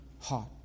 heart